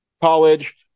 college